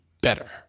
better